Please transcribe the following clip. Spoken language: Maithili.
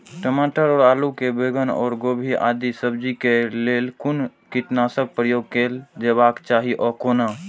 टमाटर और आलू और बैंगन और गोभी आदि सब्जी केय लेल कुन कीटनाशक प्रयोग कैल जेबाक चाहि आ कोना?